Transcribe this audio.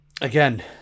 again